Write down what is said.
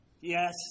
Yes